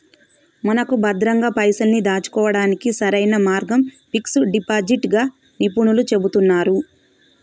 మనకు భద్రంగా పైసల్ని దాచుకోవడానికి సరైన మార్గం ఫిక్స్ డిపాజిట్ గా నిపుణులు చెబుతున్నారు